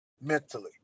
mentally